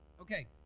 okay